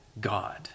God